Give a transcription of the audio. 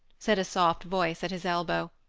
said a soft voice at his elbow,